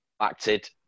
acted